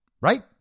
Right